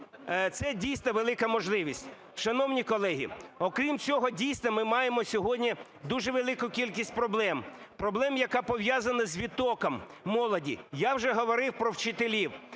Це дійсно велика можливість. Шановні колеги, окрім цього, дійсно, ми маємо сьогодні дуже велику кількість проблем. Проблема, яка пов'язана з відтоком молоді. Я вже говорив про вчителів.